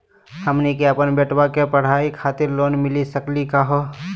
हमनी के अपन बेटवा के पढाई खातीर लोन मिली सकली का हो?